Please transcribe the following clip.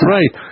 Right